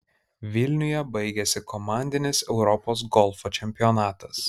vilniuje baigėsi komandinis europos golfo čempionatas